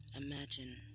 Imagine